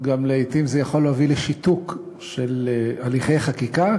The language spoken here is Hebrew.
ולעתים זה גם יכול להוביל לשיתוק של הליכי חקיקה,